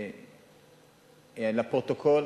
לפרוטוקול,